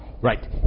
right